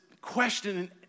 questioning